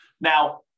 Now